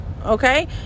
okay